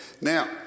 Now